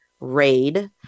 raid